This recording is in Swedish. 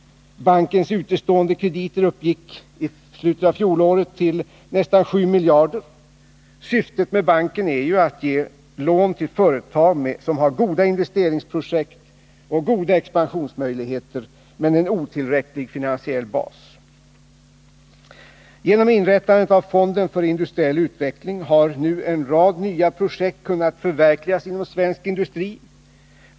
Bankens utestående krediter uppgick i slutet av fjolåret till nästan 7 miljarder. Syftet med banken är ju att ge lån till företag som har goda investeringsprojekt och goda expansionsmöjligheter men en otillräcklig finansiell bas. Genom inrättande av fonden för industriell utveckling har nu en rad nya projekt kunnat förverkligas inom svensk industri.